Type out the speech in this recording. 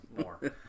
more